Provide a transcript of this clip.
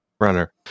runner